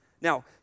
Now